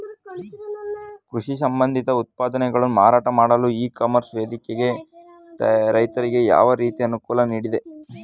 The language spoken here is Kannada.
ಕೃಷಿ ಸಂಬಂಧಿತ ಉತ್ಪನ್ನಗಳ ಮಾರಾಟ ಮಾಡಲು ಇ ಕಾಮರ್ಸ್ ವೇದಿಕೆ ರೈತರಿಗೆ ಯಾವ ರೀತಿ ಅನುಕೂಲ ನೀಡಿದೆ?